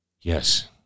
Yes